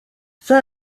fin